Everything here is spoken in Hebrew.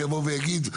שהוא יבוא ויגיד,